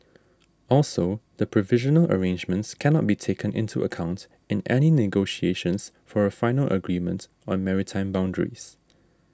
also the provisional arrangements cannot be taken into account in any negotiations for a final agreement on maritime boundaries